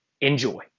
Enjoy